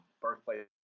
birthplace